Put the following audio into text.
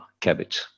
cabbage